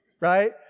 right